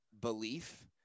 belief